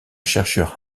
chercheur